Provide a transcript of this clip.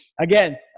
again